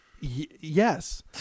Yes